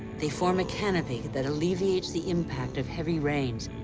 they form a canopy that alleviates the impact of heavy rains.